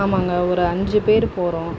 ஆமாங்க ஒரு அஞ்சு பேர் போகிறோம்